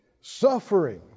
Suffering